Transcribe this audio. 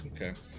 okay